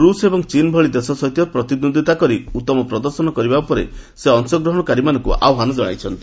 ରୁଷ୍ ଏବଂ ଚୀନ୍ ଭଳି ଦେଶ ସହିତ ପ୍ରତିଦ୍ୱନ୍ଦ୍ୱିତା କରି ଉତ୍ତମ ପ୍ରଦର୍ଶନ କରିବା ଉପରେ ସେ ଅଂଶଗ୍ରହଣକାରୀମାନଙ୍କୁ ଆହ୍ୱାନ ଜଣାଇଛନ୍ତି